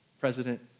president